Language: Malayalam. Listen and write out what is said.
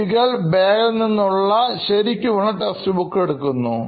കുട്ടികൾ ബാഗിൽനിന്ന് ശരിക്കുമുള്ള ടെസ്റ്റ് ബുക്ക് എടുക്കുന്നു